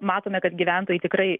matome kad gyventojai tikrai